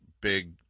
big